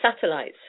satellites